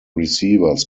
receivers